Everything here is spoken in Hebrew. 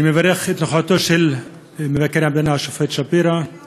אני מברך את מבקר המדינה השופט שפירא על נוכחותו.